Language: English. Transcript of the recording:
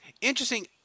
interesting